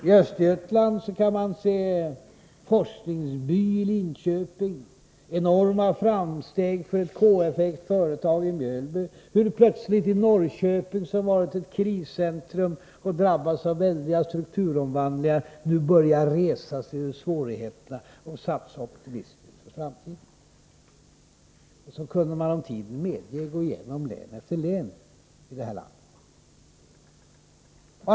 I Östergötland kan man se en forskningsby i Linköping, enorma framsteg för ett KF-ägt företag i Mjölby och hur plötsligt Norrköping, som varit ett kriscentrum och drabbats av väldiga strukturomvandlingar, nu börjar resa sig ur svårigheterna och satsa optimistiskt för framtiden. Så här kunde man, om tiden medgav, gå igenom län efter län i detta land.